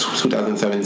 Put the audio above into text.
2017